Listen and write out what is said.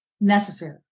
necessary